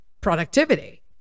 productivity